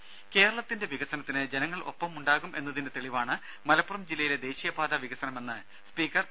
ദ്ദേ കേരളത്തിന്റെ വികസനത്തിന് ജനങ്ങൾ ഒപ്പമുണ്ടാകുമെന്നതിന്റെ തെളിവാണ് മലപ്പുറം ജില്ലയിലെ ദേശീയപാത വികസനമെന്ന് സ്പീക്കർ പി